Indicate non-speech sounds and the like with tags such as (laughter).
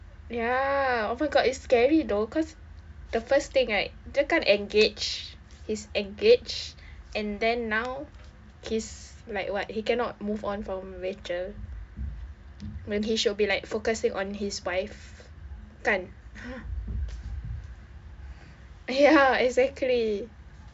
ya oh my god it's scary though cause the first thing right dia kan engaged he's engaged and then now he's like what he cannot move on from rachel when he should be like focusing on his wife kan (noise) ya exactly